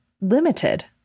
limited